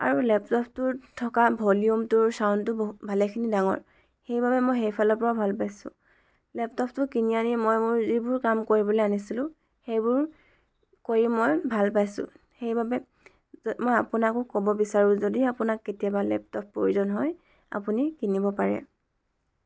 আৰু লেপটপটোত থকা ভলিউমটোৰ ছাউণ্ডটো বহু ভালেখিনি ডাঙৰ সেইবাবে মই সেইফালৰ পৰাও ভাল পাইছোঁ লেপটপটো কিনি আনি মই মোৰ যিবোৰ কাম কৰিবলৈ আনিছিলোঁ সেইবোৰ কৰি মই ভাল পাইছোঁ সেইবাবে মই আপোনাকো ক'ব বিচাৰোঁ যদি আপোনাক কেতিয়াবা লেপটপ প্ৰয়োজন হয় আপুনি কিনিব পাৰে